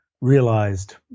realized